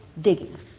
digging